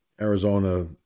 Arizona